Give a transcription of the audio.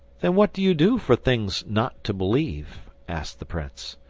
then what do you do for things not to believe? asked the prince.